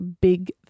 big